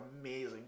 amazing